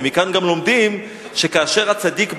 ומכאן גם לומדים שכאשר הצדיק בעיר,